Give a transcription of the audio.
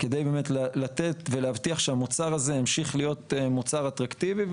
כדי באמת לתת ולהבטיח שהמוצר הזה ימשיך להיות מוצר אטרקטיבי,